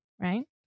Right